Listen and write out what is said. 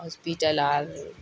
hospital are